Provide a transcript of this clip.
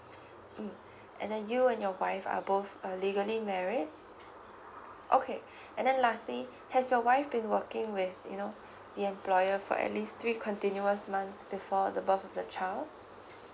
mm and then you and your wife are both uh legally married okay and then lastly has your wife been working with you know the employer for at least three continuous months before the birth of the child